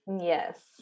yes